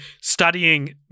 studying